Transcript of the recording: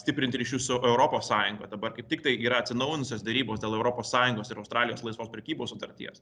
stiprint ryšius su europos sąjunga dabar kaip tiktai yra atsinaujinusios derybos dėl europos sąjungos ir australijos laisvos prekybos sutarties